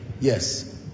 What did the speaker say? Yes